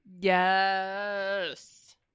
Yes